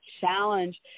challenge